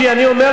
צא מהאולם,